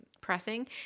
pressing